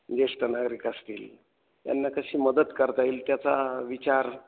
ज्येष्ठ नागरिक असतील त्यांना कशी मदत करता येईल त्याचा विचार